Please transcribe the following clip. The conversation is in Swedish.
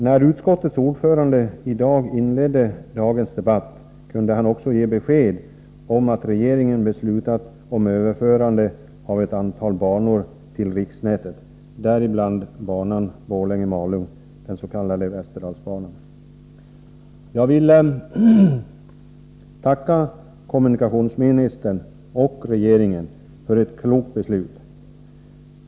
När utskottets ordförande i dag inledde dagens debatt, kunde han också ge besked om att regeringen beslutat om överförande av ett antal banor till riksnätet, däribland banan Borlänge-Malung, dens.k. Västerdalsbanan. Jag vill tacka kommunikationsministern och regeringen för ett klokt beslut.